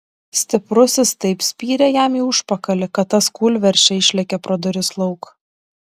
stiprusis taip spyrė jam į užpakalį kad tas kūlversčia išlėkė pro duris lauk